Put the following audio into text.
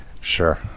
Sure